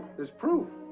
there's proof.